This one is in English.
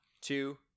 two